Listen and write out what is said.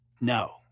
No